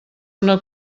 una